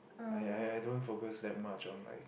I I I don't focus that much on like